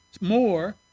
more